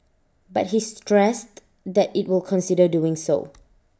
but he stressed that IT will consider doing so